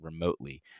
remotely